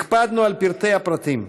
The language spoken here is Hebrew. הקפדנו על פרטי-הפרטים: